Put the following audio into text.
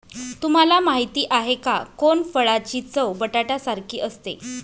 तुम्हाला माहिती आहे का? कोनफळाची चव बटाट्यासारखी असते